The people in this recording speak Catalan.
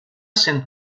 sent